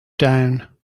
down